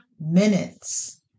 minutes